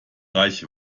reich